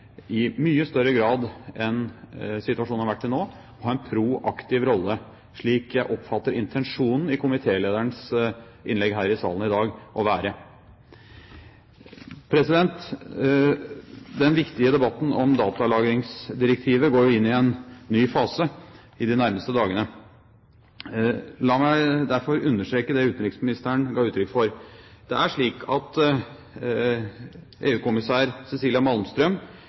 nå, å ha en proaktiv rolle, slik jeg oppfatter intensjonen i komitélederens innlegg her i salen i dag å være. Den viktige debatten om datalagringsdirektivet går inn i en ny fase i de nærmeste dagene. La meg derfor understreke det utenriksministeren ga uttrykk for. Det er slik at EU-kommissær Cecilia